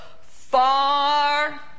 Far